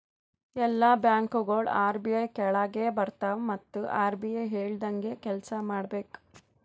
ಎಲ್ಲಾ ಬ್ಯಾಂಕ್ಗೋಳು ಆರ್.ಬಿ.ಐ ಕೆಳಾಗೆ ಬರ್ತವ್ ಮತ್ ಆರ್.ಬಿ.ಐ ಹೇಳ್ದಂಗೆ ಕೆಲ್ಸಾ ಮಾಡ್ಬೇಕ್